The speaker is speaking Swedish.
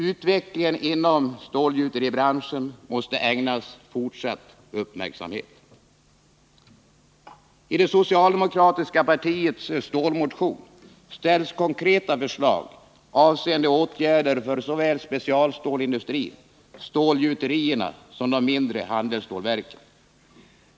Utvecklingen inom stålgjuteribranschen måste ägnas fortsatt uppmärksamhet. I det socialdemokratiska partiets stålmotion ställs konkreta förslag avseende åtgärder för såväl specialstålindustrin som stålgjuterierna och de mindre handelsstålverken.